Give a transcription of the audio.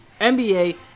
NBA